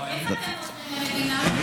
איך אתם עוזרים למדינה?